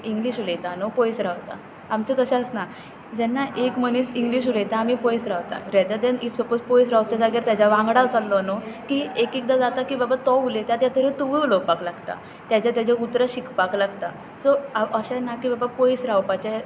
English उलयता न्हू पयस रावता आमचें तशें आसना जेन्ना एक मनीस इंग्लीश उलयता आमी पयस रावता रेदर दॅन ईफ सपोज पयस रावता जाग्यार ताज्या वांगडा चल्लो न्हू की एक एकदां जाता की बाबा तो उलयता तेतुरू तूंय उलोवपाक लागता तेज्या तेज्या उतरां शिकपाक लागता सो हांव अशें ना की बाबा पयस रावपाचें